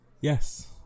Yes